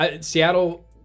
Seattle